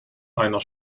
einer